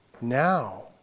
now